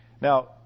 Now